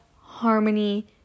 harmony